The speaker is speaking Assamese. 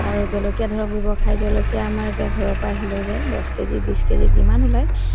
আৰু জলকীয়া ধৰক ব্যৱসায় জলকীয়া আমাৰ এতিয়া ঘৰৰপৰাই আহি লৈ যায় দহ কেজি বিছ কেজি যিমান ওলায়